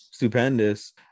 stupendous